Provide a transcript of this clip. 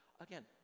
Again